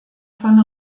von